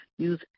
Use